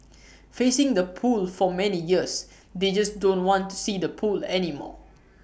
facing the pool for many years they just don't want to see the pool anymore